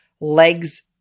legs